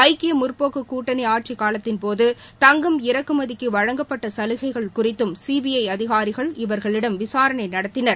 ஐக்கிய முற்போக்கு கூட்டணி ஆட்சி காலத்தின்போது தங்கம் இறக்குமதிக்கு வழங்கப்பட்ட சலுகைகள் குறித்தும் சிபிஐ அதிகாரிகள் இவர்களிடம் விசாரணை நடத்தினர்